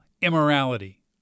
immorality